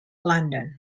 london